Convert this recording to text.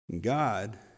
God